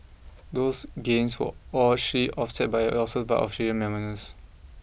those gains were offset by losses for miners